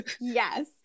Yes